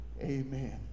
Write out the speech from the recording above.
amen